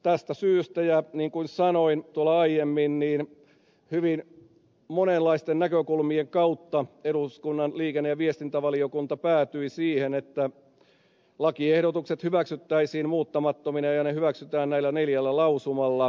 tästä syystä ja niin kuin sanoin tuolla aiemmin hyvin monenlaisten näkökulmien kautta eduskunnan liikenne ja viestintävaliokunta päätyi siihen että lakiehdotukset hyväksyttäisiin muuttamattomina ja ne hyväksyttäisiin näillä neljällä lausumalla